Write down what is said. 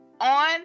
on